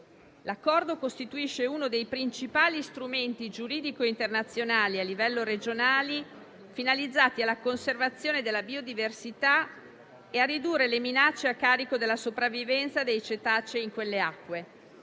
L'Accordo costituisce uno dei principali strumenti giuridici internazionali finalizzati alla conservazione della biodiversità e a ridurre le minacce a carico della sopravvivenza dei cetacei in quelle acque.